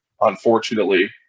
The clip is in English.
Unfortunately